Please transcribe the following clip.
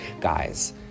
Guys